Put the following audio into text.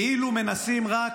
כאילו מנסים רק,